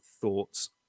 thoughts